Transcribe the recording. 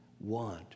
want